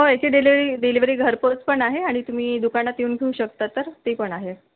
हो याचि डिलीवि डिलिव्हरी घरपोच पण आहे आणि तुम्ही दुकानात येऊन घेऊ शकता तर ते पण आहे